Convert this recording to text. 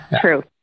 true